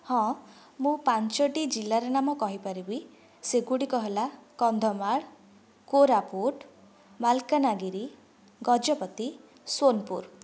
ହଁ ମୁଁ ପାଞ୍ଚୋଟି ଜିଲ୍ଲାର ନାମ କହିପାରିବି ସେଗୁଡ଼ିକ ହେଲା କନ୍ଧମାଳ କୋରାପୁଟ ମାଲକାନାଗିରି ଗଜପତି ସୋନପୁର